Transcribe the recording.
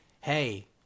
Hey